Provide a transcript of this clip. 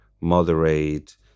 moderate